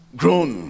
grown